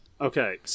Okay